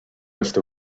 list